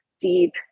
deep